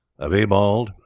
of eabald,